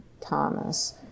Thomas